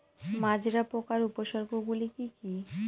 মাজরা পোকার উপসর্গগুলি কি কি?